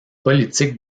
politique